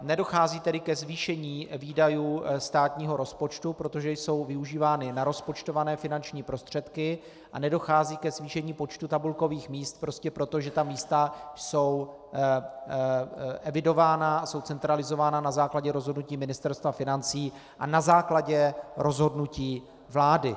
Nedochází tedy ke zvýšení výdajů státního rozpočtu, protože jsou využívány narozpočtované finanční prostředky, a nedochází ke zvýšení počtu tabulkových míst prostě proto, že ta místa jsou evidována a jsou centralizována na základě rozhodnutí Ministerstva financí a na základě rozhodnutí vlády.